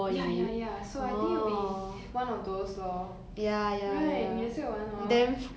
ya ya ya so I think it'll be one of those lor right 你也是有玩 hor